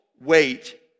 wait